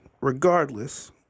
regardless